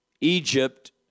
Egypt